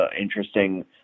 interesting